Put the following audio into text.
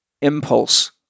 impulse